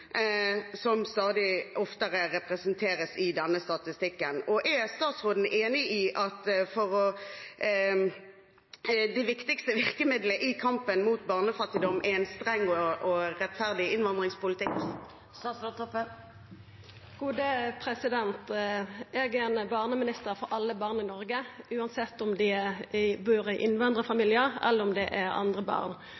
som stadig oftere er representert i denne statistikken. Er statsråden enig i at det viktigste virkemiddelet i kampen mot barnefattigdom er en streng og rettferdig innvandringspolitikk? Eg er ein barneminister for alle barn i Noreg, uansett om dei bur i innvandrarfamiliar, eller om det er andre barn. Det som Framstegspartiet antyder her, er i